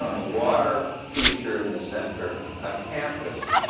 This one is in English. a water feature in the center, a campus,